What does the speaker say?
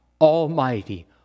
almighty